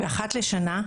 ואחת לשנה,